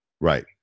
Right